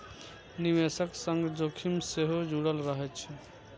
निवेशक संग जोखिम सेहो जुड़ल रहै छै